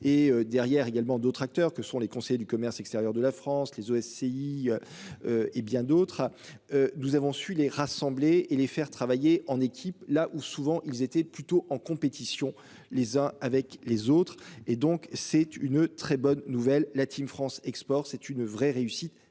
et derrière également d'autres acteurs que sont les conseillers du commerce extérieur de la France, les SCI. Et bien d'autres. Nous avons su les rassembler et les faire travailler en équipe, là où souvent ils étaient plutôt en compétition les uns avec les autres et donc c'est une très bonne nouvelle, la Team France Export, c'est une vraie réussite.